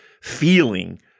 feeling